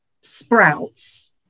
sprouts